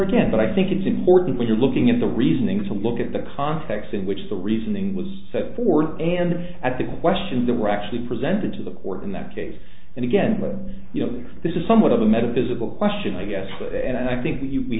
again but i think it's important when you're looking at the reasoning to look at the context in which the reasoning was set forth and if at the question there were actually presented to the court in that case and again you know this is somewhat of a metaphysical question i guess what and i think we